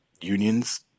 unions